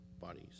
bodies